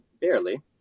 Barely